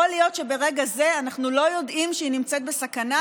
יכול להיות שברגע זה אנחנו לא יודעים שהיא נמצאת בסכנה,